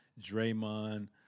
Draymond